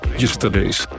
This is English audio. yesterday's